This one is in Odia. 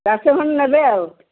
ଚାରିଶହ ଖଣ୍ଡେ ନେବେ ଆଉ